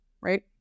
right